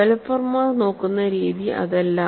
ഡവലപ്പർമാർ നോക്കുന്ന രീതി അതല്ല